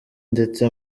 ndetse